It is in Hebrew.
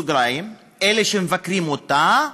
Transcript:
בסוגריים: אלה שמבקרים אותה,